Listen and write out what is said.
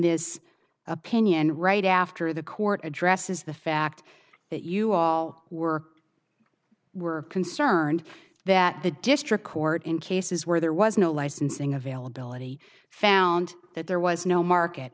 this opinion right after the court addresses the fact that you all were were concerned that the district court in cases where there was no licensing availability found that there was no market